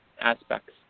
aspects